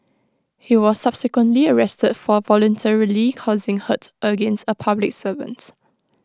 he was subsequently arrested for voluntarily causing hurt against A public servants